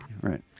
Right